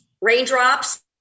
raindrops